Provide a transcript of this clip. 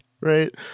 Right